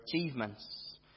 achievements